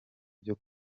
byo